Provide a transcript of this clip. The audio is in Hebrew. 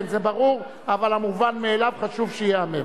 כן, זה ברור, אבל המובן מאליו חשוב שייאמר.